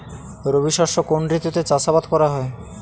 রবি শস্য কোন ঋতুতে চাষাবাদ করা হয়?